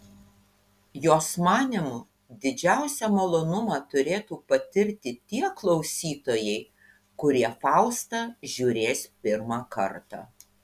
jos manymu didžiausią malonumą turėtų patirti tie klausytojai kurie faustą žiūrės pirmą kartą